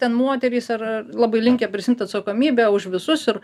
ten moterys ar ar labai linkę prisiimt atsakomybę už visus ir